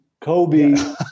Kobe